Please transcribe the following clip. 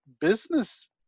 business